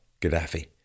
Gaddafi